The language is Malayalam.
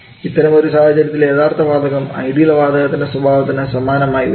ഇത്തരം ഒരു സാഹചര്യത്തിൽ യഥാർത്ഥ വാതകം ഐഡിയൽ വാതക ത്തിൻറെ സ്വഭാവത്തിനു സമാനമായി വരുന്നു